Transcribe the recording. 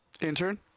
intern